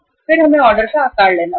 फिर हमें ऑर्डर का आकार लेना होगा